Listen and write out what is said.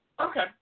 Okay